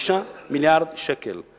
5 מיליארדי שקלים.